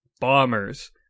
Bombers